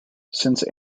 since